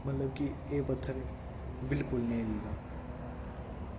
मतलव कि एह् पत्थर बिल्कुल निं हिल्दा